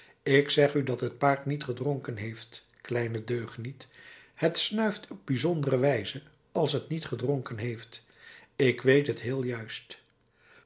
ik zeg u dat het paard niet gedronken heeft kleine deugniet het snuift op bijzondere wijze als het niet gedronken heeft ik weet het heel juist